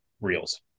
reels